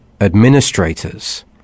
administrators